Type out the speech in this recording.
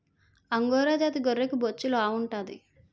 angora జాతి గొర్రెకి బొచ్చు లావుంటాది